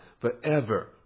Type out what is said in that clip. forever